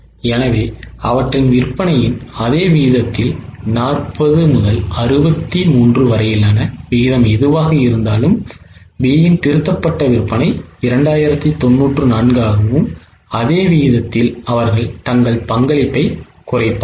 எனவே அவற்றின் விற்பனையின் அதே விகிதத்தில் 40 முதல் 63 வரையிலான விகிதம் எதுவாக இருந்தாலும் B இன் திருத்தப்பட்ட விற்பனை 2094 ஆகவும் அதே விகிதத்தில் அவர்கள் தங்கள் பங்களிப்பைக் குறைப்பார்கள்